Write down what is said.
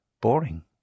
boring